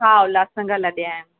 हा उल्लास नगर लॾे आया